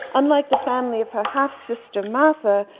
unlike the family of her half sister, martha,